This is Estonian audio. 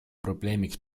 probleemiks